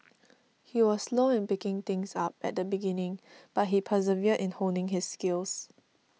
he was slow in picking things up at the beginning but he persevered in honing his skills